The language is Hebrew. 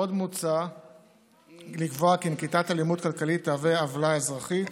עוד מוצע לקבוע כי נקיטת אלימות כלכלית תהווה עוולה אזרחית,